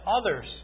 others